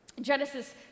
Genesis